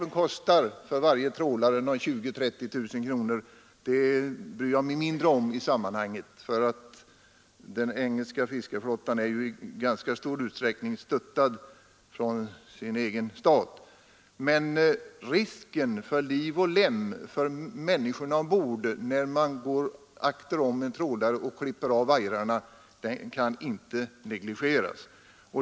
Att redskapen för varje trålare kostar mellan 20 000 och 30 000 kronor bryr jag mig mindre om i sammanhanget, för den engelska fiskeflottan är i ganska stor utsträckning stöttad av staten, men risken för liv och lem för människorna ombord på en trålare när en annan båt går akter om den och klipper av vajrarna kan inte negligeras.